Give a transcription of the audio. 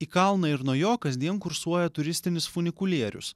į kalną ir nuo jo kasdien kursuoja turistinis funikulierius